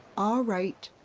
alright,